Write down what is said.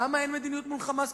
למה אין מדיניות מול "חמאס"?